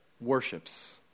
worships